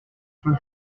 for